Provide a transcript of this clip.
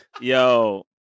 yo